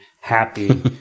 happy